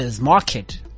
market